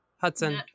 Hudson